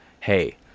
hey